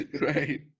right